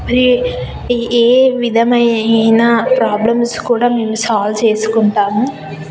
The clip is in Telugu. ఏ ఏ విధమైన ప్రొబ్లెమ్స్ కూడా మేము సాల్వ్ చేసుకుంటాము